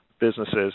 businesses